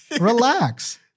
Relax